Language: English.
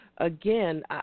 Again